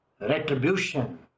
retribution